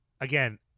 again